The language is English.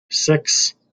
six